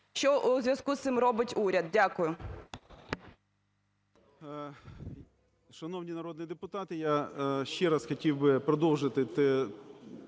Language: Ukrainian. що у зв'язку з цим робить уряд? Дякую.